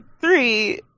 three